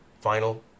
final